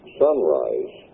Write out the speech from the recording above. sunrise